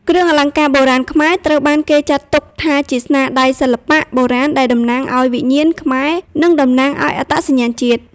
គ្រឿងអលង្ការបុរាណខ្មែរត្រូវបានគេចាត់ទុកថាជាស្នាដៃសិល្បៈបុរាណដែលតំណាងឲ្យវិញ្ញាណខ្មែរ និងតំណាងឱ្យអត្តសញ្ញាណជាតិ។